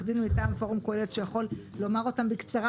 דין מטעם פורום קהלת שיכול לומר אותם בקצרה,